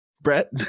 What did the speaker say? Brett